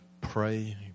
pray